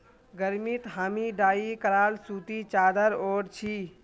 गर्मीत हामी डाई कराल सूती चादर ओढ़ छि